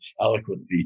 eloquently